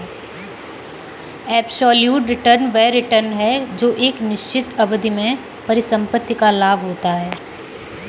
absolute return वह return है जो एक निश्चित अवधि में परिसंपत्ति का लाभ होता है